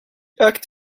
act